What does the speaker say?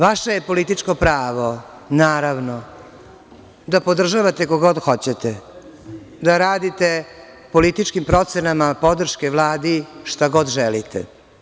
Vaše je političko pravo, naravno, da podržavate koga god hoćete, da radite političkim procenama podrške Vladi šta god želite.